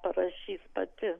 parašys pati